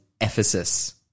Ephesus